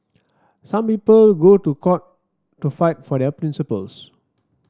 some people go to court to fight for their principles